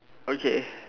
okay